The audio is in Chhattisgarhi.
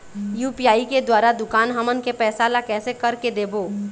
यू.पी.आई के द्वारा दुकान हमन के पैसा ला कैसे कर के देबो?